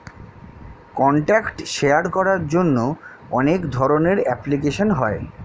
contact share করার জন্য অনেক ধরনের অ্যাপ্লিকেশন হয়